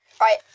Right